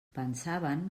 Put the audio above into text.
pensaven